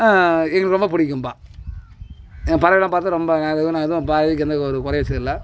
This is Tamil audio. எனக்கு ரொம்ப பிடிக்கும்பா பறவையெலாம் பார்த்து ரொம்ப நான் இது வரைக்கும் நான் ஏதும் பறவைக்கு எந்த ஒரு குறையும் செய்யலை